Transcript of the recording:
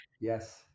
Yes